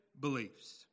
beliefs